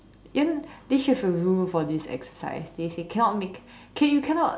you are not they should have a rule for this exercise they say cannot make okay you cannot